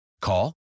Call